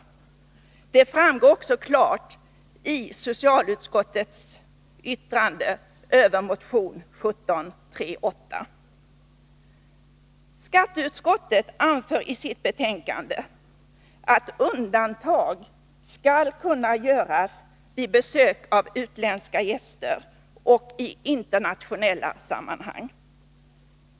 Det framgår också klart i socialutskottets yttrande över motion 1738. Skatteutskottet anför i sitt betänkande att undantag skall kunna göras vid besök av utländska gäster och i internationella sammanhang.